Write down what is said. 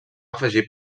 afegir